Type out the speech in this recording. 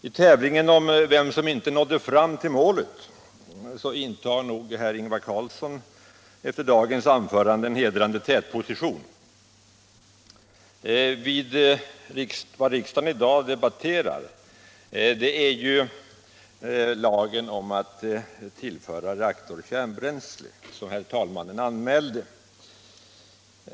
I tävlingen om vem som inte nådde fram till målet intar nog herr Ingvar Carlsson efter dagens anförande en hedrande tätposition. Riksdagen debatterar ju i dag lagen om att tillföra reaktor kärnbränsle, som herr talmannen anmälde.